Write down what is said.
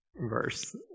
verse